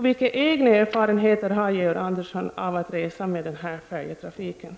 Vilka egna erfarenheter har Georg Andersson av att resa med denna färjelinje?